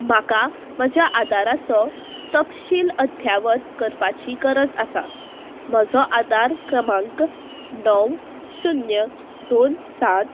म्हाका म्हज्या आदाराचो तपशील अध्यावत करपाची गरज आसा म्हजो आदार क्रमांक णव शुन्य दोन सात